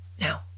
Now